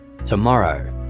tomorrow